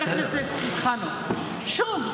--- שוב,